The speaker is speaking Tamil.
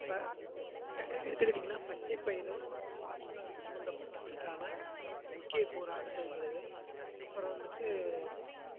இப்போ எடுத்துக்கிட்டிங்கன்னால் பச்சைப்பயிறு பாசனம் சம்பந்தப்பட்டதுக்கான முக்கியக்கூறாக செயல்படுகிறது அப்புறம் வந்துட்டு